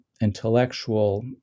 intellectual